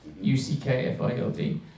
U-C-K-F-I-L-D